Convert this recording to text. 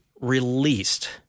released